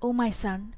o my son